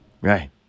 Right